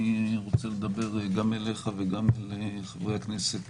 אני רוצה לדבר גם אליך וגם לחברי הכנסת